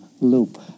loop